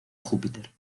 júpiter